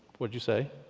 what'd you say?